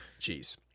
Jeez